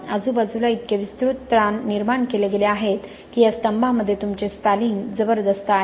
आजूबाजूला इतके विस्तृत ताण निर्माण केले गेले आहेत की या स्तंभांमध्ये तुमचे स्पॅलिंग जबरदस्त आहे